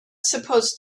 supposed